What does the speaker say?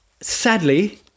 sadly